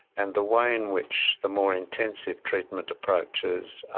and the way in which the more intensive treatment approaches are